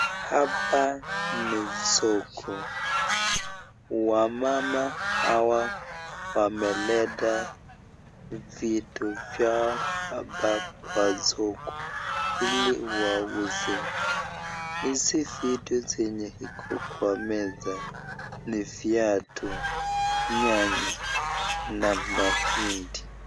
Hapa ni soko . Wamama hawa wameleta vitu vyao hapa kwa soko ili wauze. Hizi vitu zenye iko kwa meza ni viatu, nyanya na mahindi.